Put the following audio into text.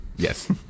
Yes